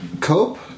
cope